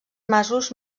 masos